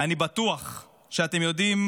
אני בטוח שאתם יודעים